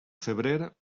febrer